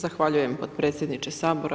Zahvaljujem potpredsjedniče Sabora.